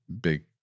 big